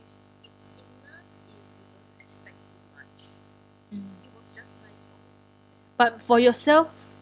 mm but for yourself